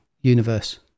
universe